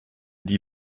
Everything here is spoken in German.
die